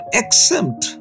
exempt